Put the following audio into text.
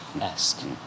esque